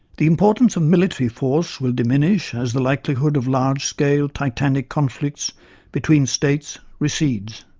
the importance of military force will diminish as the likelihood of large scale, titanic conflicts between states recedes.